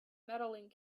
medaling